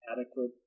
adequate